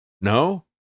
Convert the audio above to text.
No